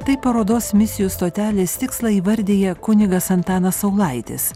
taip parodos misijų stotelės tikslą įvardija kunigas antanas saulaitis